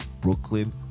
brooklyn